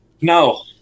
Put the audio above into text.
No